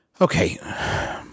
okay